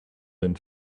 and